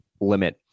limit